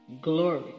glory